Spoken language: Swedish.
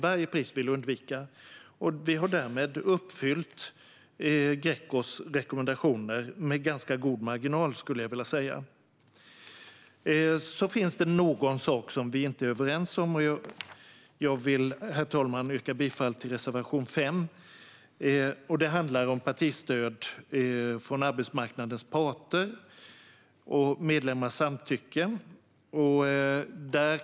Vi har därmed uppfyllt Grecos rekommendationer med ganska god marginal, skulle jag vilja säga. Det finns någon sak vi inte är överens om, och jag vill, herr talman, yrka bifall till reservation 5. Det handlar om partistöd från arbetsmarknadens parter och medlemmars samtycke.